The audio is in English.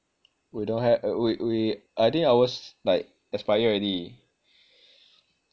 we don't ha~ we we I think ours like expire already